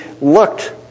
looked